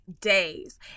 days